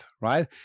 right